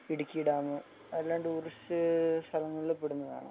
Idukki dam അതെല്ലാം tourist സ്ഥലങ്ങളില് പെടുന്നതാണ്